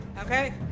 Okay